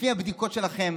לפי הבדיקות שלכם